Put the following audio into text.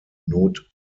notdurft